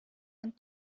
and